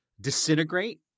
disintegrate